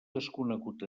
desconegut